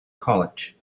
college